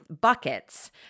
buckets